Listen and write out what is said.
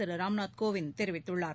திரு ராம்நாத் கோவிந்த் தெரிவித்துள்ளார்